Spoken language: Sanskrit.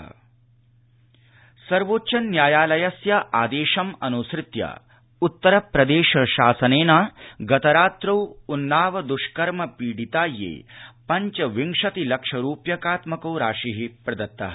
सर्वोज्ञन्यायालयःक्षतिपूर्तिः सर्वोच्च न्यायालयस्य आदेशम् अनुसृत्य उत्तरप्रदेश शासनेन गतरात्रौ उन्नाव दुष्कर्म पीडितायै पश्चविंशति लक्ष रूप्यकात्मको राशिः प्रदत्तः